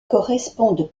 correspondent